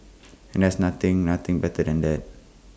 and there's nothing nothing better than that